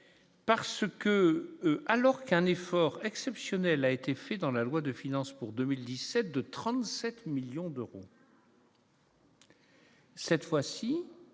parce que, alors qu'un effort exceptionnel a été fait dans la loi de finances pour 2017 de 37 millions d'euros. Cette fois-ci,